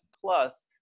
plus